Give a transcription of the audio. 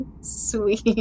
Sweet